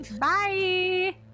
Bye